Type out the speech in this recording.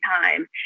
time